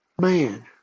man